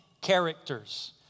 characters